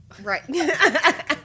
right